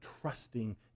trusting